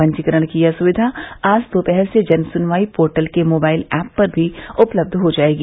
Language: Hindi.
पंजीकरण की यह सुविधा आज दोपहर से जनसुनवाई पोर्टल के मोबाइल ऐप पर भी उपलब्ध हो जाएगी